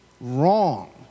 wrong